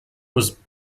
was